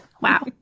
Wow